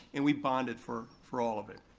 and we bonded for for all of it,